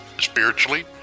spiritually